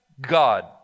God